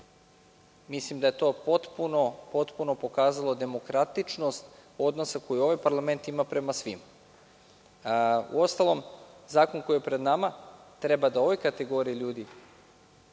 Mislim da je to potpuno pokazalo demokratičnost odnosa koji ovaj parlament ima prema svima. Uostalom, zakon koji je pred nama treba da ovoj kategoriji ljudi,